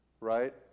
right